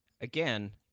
again